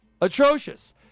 atrocious